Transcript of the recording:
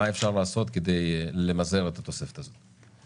מה אפשר לעשות כדי למזער את התוספת הזו.